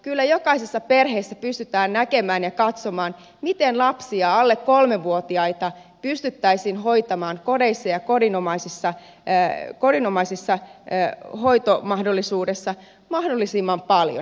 kyllä jokaisessa perheessä pystytään näkemään ja katsomaan miten lapsia alle kolmevuotiaita pystyttäisiin hoitamaan kodeissa ja kodinomaisissa hoitomahdollisuuksissa mahdollisimman paljon